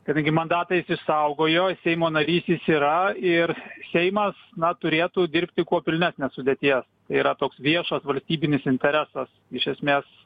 kadangi mandatą jis išsaugojo seimo narys jis yra ir seimas na turėtų dirbti kuo pilnesnės sudėties yra toks viešas valstybinis interesas iš esmės